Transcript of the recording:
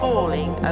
Falling